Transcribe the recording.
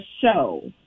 show